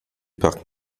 parc